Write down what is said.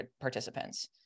participants